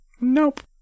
Nope